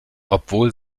obwohl